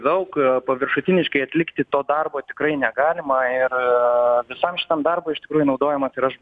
daug paviršutiniškai atlikti to darbo tikrai negalima ir visam šitam darbui iš tikrųjų naudojamos yra